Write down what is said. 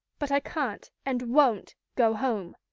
but i can't, and won't, go home.